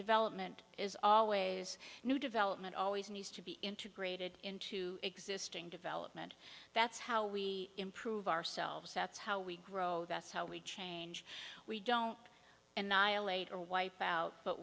development is always new development always needs to be integrated into existing development that's how we improve ourselves that's how we grow that's how we change we don't and nial eight or wipe out but